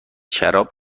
شراب